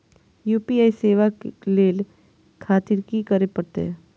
UPI सेवा ले खातिर की करे परते?